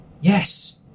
Yes